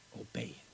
obey